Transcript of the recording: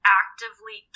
actively